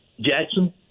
Jackson